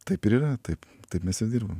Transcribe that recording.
taip ir yra taip taip mes ir dirbam